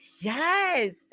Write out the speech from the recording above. Yes